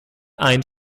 ein